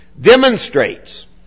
demonstrates